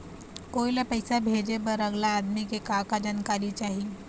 कोई ला पैसा भेजे बर अगला आदमी के का का जानकारी चाही?